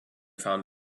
found